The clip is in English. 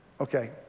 Okay